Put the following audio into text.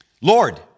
Lord